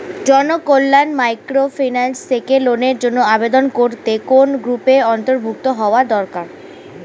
Janakalyan microfinance থেকে লোনের জন্য আবেদন করতে কোন গ্রুপের অন্তর্ভুক্ত হওয়া দরকার?